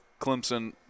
Clemson –